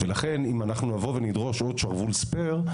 ולכן, אם אנחנו נבוא ונדרוש עוד שרוול ספייר,